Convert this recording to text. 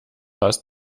hast